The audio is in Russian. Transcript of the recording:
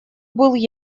был